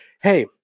Hey